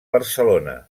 barcelona